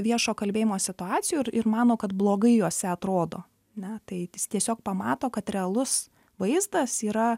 viešo kalbėjimo situacijų ir ir mano kad blogai juose atrodo ne tai jis tiesiog pamato kad realus vaizdas yra